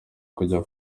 kujya